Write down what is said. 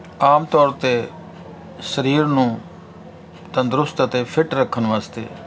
ਆਮ ਤੌਰ 'ਤੇ ਸਰੀਰ ਨੂੰ ਤੰਦਰੁਸਤ ਅਤੇ ਫਿੱਟ ਰੱਖਣ ਵਾਸਤੇ